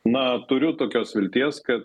na turiu tokios vilties kad